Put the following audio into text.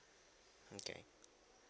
okay